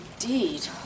indeed